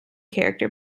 character